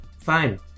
fine